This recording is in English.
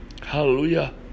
Hallelujah